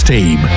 Team